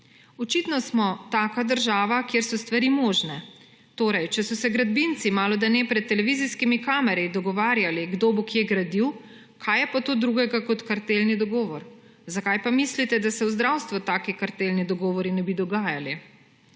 »Očitno smo taka država, kjer so stvari možne. Torej, če so se gradbinci malodane pred televizijskimi kamerami dogovarjali, kdo bo kje gradil, kaj je pa to drugega kot kartelni dogovor? Zakaj pa mislite, da se v zdravstvu taki kartelni dogovori ne bi dogajali?«